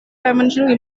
dimensional